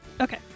Okay